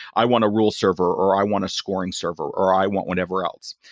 i want a rule server, or i want a scoring server, or i want whatever else.